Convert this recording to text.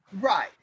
right